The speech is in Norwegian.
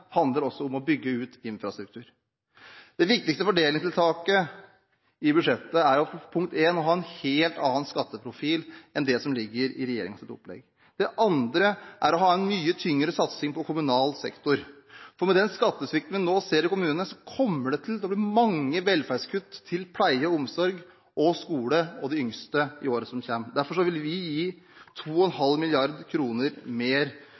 handler også om å bygge ut infrastruktur. Det viktigste fordelingstiltaket i budsjettet er punkt nr. 1, å ha en helt annen skatteprofil enn det som ligger i regjeringens opplegg. Det andre er å ha en mye tyngre satsing på kommunal sektor. For med den skattesvikten vi nå ser i kommunene, kommer det til å bli mange velferdskutt til pleie, omsorg, skole og de yngste i året som kommer. Derfor vil vi gi 2,5 mrd. kr mer til kommunene enn foreslått fra regjeringen. De eldste og